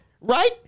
right